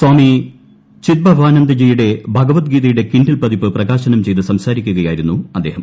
സ്വാമി ചിത്ഭവാനന്ദജിയുടെ ഭഗവത്ഗീതയുടെ കിൻഡിൽ പതിപ്പ് പ്രകാശനം ചെയ്ത് സംസാരിക്കുകയായിരുന്നു അദ്ദേഹം